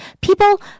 People